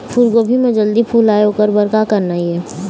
फूलगोभी म जल्दी फूल आय ओकर बर का करना ये?